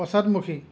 পশ্চাদমুখী